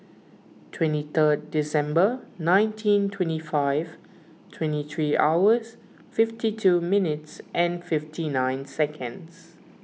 twenty third December nineteen twenty five twenty three hours fifty two minutes and fifty nine seconds